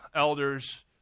elders